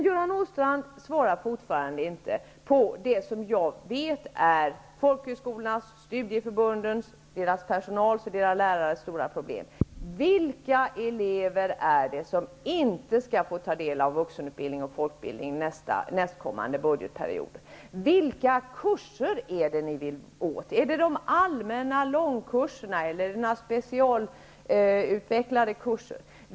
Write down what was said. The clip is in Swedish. Göran Åstrand svarar fortfarande inte på den fråga som jag vet är folkhögskolornas, studieförbundens, deras personals och deras lärares stora problem: Vilka elever är det som inte skall få ta del av vuxenutbildning och folkbildning nästkommande budgetperiod? Vilka kurser är det ni vill komma åt? Är det de allmänna långkurserna eller några specialutvecklade kurser?